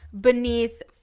beneath